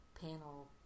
panel